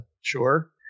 Sure